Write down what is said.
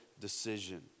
decision